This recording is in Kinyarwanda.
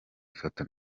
ifoto